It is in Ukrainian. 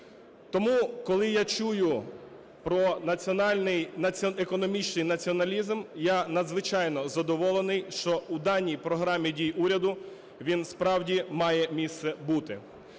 Тому, коли я чую про національний, економічний націоналізм, я надзвичайно задоволений, що у даній Програмі дій уряду він справді має місце бути.